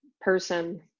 person